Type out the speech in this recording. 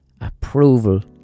approval